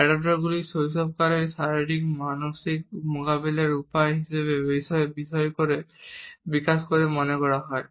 অ্যাডাপ্টারগুলি শৈশবকালে শারীরিক মানসিক মোকাবিলার উপায় হিসাবে বিকাশ করে বলে মনে করা হয়